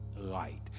light